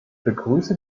begrüße